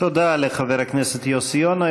תודה לחבר הכנסת יוסי יונה.